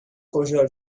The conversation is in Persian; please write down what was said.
خوشحال